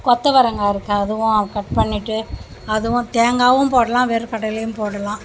கொத்தவரங்காய் இருக்குது அதுவும் அது கட் பண்ணிவிட்டு அதுவும் தேங்காயும் போடலாம் வேர் கடலையும் போடலாம்